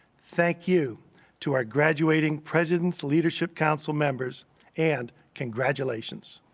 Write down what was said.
thank you to our graduating president's leadership council members and congratulations.